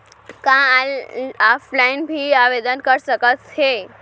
का ऑफलाइन भी आवदेन कर सकत हे?